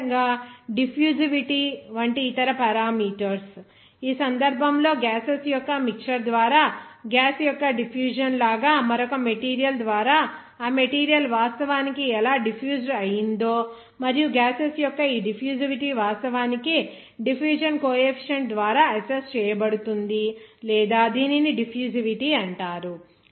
అదేవిధంగా డిఫ్యూసివిటీ వంటి ఇతర పారామీటర్స్ ఈ సందర్భంలో గ్యాసెస్ యొక్క మిక్చర్ ద్వారా గ్యాస్ యొక్క డిఫ్ఫ్యూషన్ లాగా మరొక మెటీరియల్ ద్వారా ఆ మెటీరియల్ వాస్తవానికి ఎలా డిఫ్యుజ్డ్ అయ్యిందో మరియు గ్యాసెస్ యొక్క ఈ డిఫ్యుసివిటీ వాస్తవానికి డిఫ్ఫ్యూషన్ కోఎఫిషిఎంట్ ద్వారా అస్సెస్స్ చేయబడుతుంది లేదా దీనిని డిఫ్యూసివిటీ అంటారు